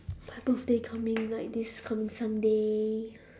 my birthday coming like this coming sunday